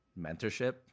mentorship